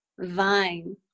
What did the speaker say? vine